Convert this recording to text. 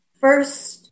First